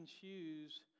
choose